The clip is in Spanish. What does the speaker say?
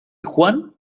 juan